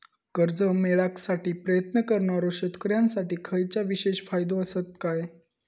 कर्जा मेळाकसाठी प्रयत्न करणारो शेतकऱ्यांसाठी खयच्या विशेष फायदो असात काय?